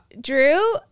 Drew